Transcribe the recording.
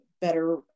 better